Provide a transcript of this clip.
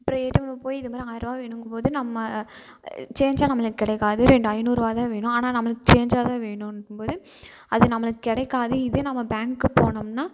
அப்புறம் ஏடிஎம்மில் போய் இதுமாதிரி ஆயிரம் ருபா வேணுங்கும்போது நம்ம சேஞ்சாக நம்மளுக்கு கிடைக்காது ரெண்டு ஐநூறுருவா தான் வேணும் ஆனால் நம்மளுக்கு சேஞ்சாக தான் வேணும்ன்போது அது நம்மளுக்கு கிடைக்காது இதே நம்ம பேங்க்கு போனோம்னால்